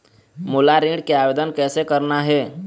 मोला ऋण के आवेदन कैसे करना हे?